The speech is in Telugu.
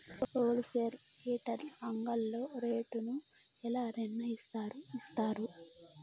హోల్ సేల్ రీటైల్ అంగడ్లలో రేటు ను ఎలా నిర్ణయిస్తారు యిస్తారు?